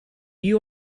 you